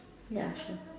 ya sure